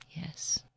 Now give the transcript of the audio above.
Yes